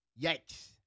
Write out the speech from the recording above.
Yikes